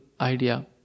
idea